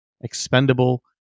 Expendable